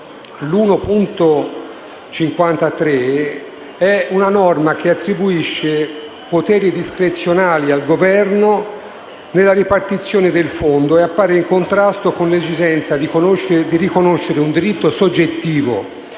1.53, è una norma che attribuisce poteri discrezionali al Governo nella ripartizione del Fondo e appare in contrasto con l'esigenza di riconoscere un diritto soggettivo